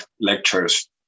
lectures